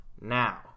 Now